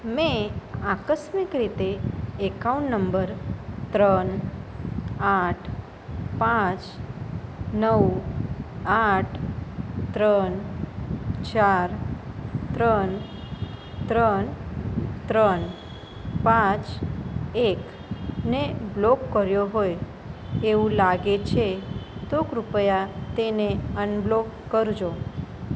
મેં આકસ્મિક રીતે એકાઉન્ટ નંબર ત્રણ આઠ પાંચ નવ આઠ ત્રણ ચાર ત્રણ ત્રણ ત્રણ પાંચ એકને બ્લોક કર્યો હોય એવું લાગે છે તો કૃપયા તેને અનબ્લોક કરજો